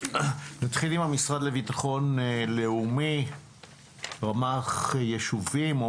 נתחיל עם המשרד לביטחון לאומי רמ"ח ישובים או